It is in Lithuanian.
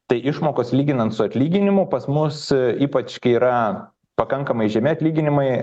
tai išmokos lyginant su atlyginimu pas mus ypač kai yra pakankamai žemi atlyginimai